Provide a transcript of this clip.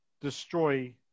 destroy